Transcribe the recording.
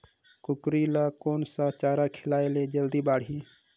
कूकरी ल कोन सा चारा खिलाय ल जल्दी बाड़ही?